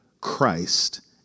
Christ